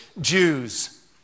Jews